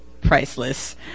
priceless